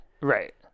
right